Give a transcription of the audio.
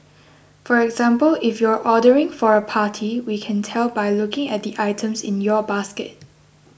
for example if you're ordering for a party we can tell by looking at the items in your basket